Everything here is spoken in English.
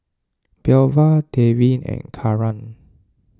Belva Devin and Karan